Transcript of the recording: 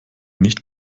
nicht